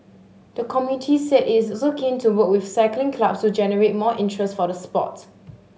the committee said it also keen to work with cycling clubs to generate more interest for the sport